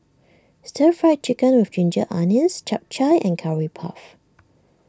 Stir Fried Chicken with Ginger Onions Chap Chai and Curry Puff